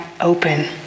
open